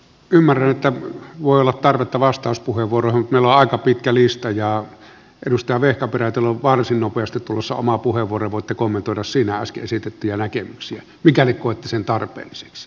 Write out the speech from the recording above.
ymmärrän että voi olla tarvetta vastauspuheenvuoron kelloaika pitkä lista ja edustaa vehkaperätelu varsin nopeasti tulossa oma puhe vorkuta kommentoida syvästi esitettyjä näkemyksiä mikä rikkoi sen peruspalvelut